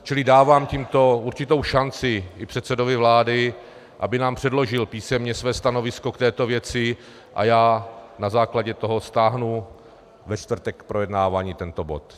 Čili dávám tímto určitou šanci i předsedovi vlády, aby nám předložil písemně své stanovisko k této věci, a já na základě toho stáhnu ve čtvrtek z projednávání tento bod.